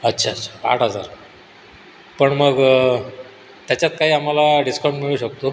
अच्छा अच्छा आठ हजार पण मग त्याच्यात काही आम्हाला डिस्काऊंट मिळू शकतो